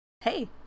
Hey